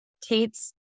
Tate's